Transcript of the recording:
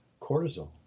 cortisol